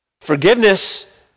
Forgiveness